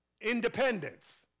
Independence